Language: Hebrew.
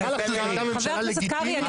נראה לך שזו היתה ממשלה לגיטימית?